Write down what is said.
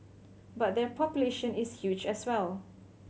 but their population is huge as well